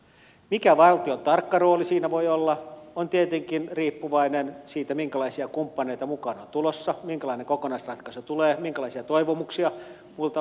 se mikä valtion tarkka rooli siinä voi olla on tietenkin riippuvainen siitä minkälaisia kumppaneita mukaan on tulossa minkälainen kokonaisratkaisu tulee minkälaisia toivomuksia muilta osapuolilta löytyy